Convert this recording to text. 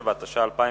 27), התש"ע 2010,